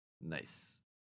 Nice